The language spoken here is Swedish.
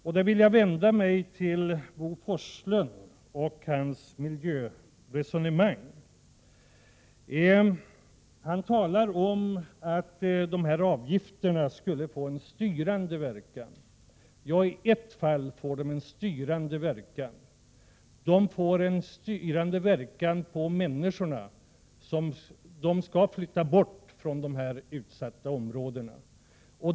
Jag vill vända mig till Bo Forslund och knyta an till hans miljöresonemang. Han talar om att dessa avgifter skulle få en styrande verkan. Ja, i ett fall får de en styrande verkan. De får en styrande verkan på människorna — dessa skall flytta bort från de här utsatta områdena.